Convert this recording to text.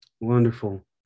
Wonderful